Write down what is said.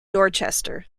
dorchester